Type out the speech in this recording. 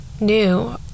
new